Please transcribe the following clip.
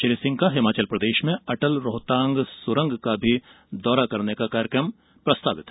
श्री सिंह का हिमाचल प्रदेश में अटल रोहतांग सुरंग का भी दौरा करने का कार्यक्रम प्रस्तावित है